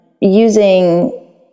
using